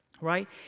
right